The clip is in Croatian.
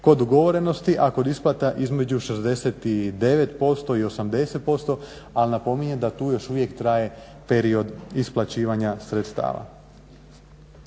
kod ugovorenosti, a kod isplata između 69% i 80% ali napominjem da tu još uvijek traje period isplaćivanja sredstava.